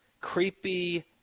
creepy